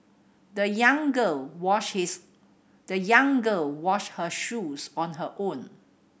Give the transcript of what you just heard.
the young girl washed his the young girl washed her shoes on her own